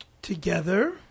Together